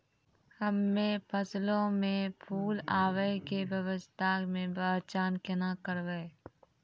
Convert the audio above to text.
हम्मे फसलो मे फूल आबै के अवस्था के पहचान केना करबै?